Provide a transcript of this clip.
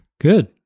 Good